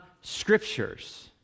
scriptures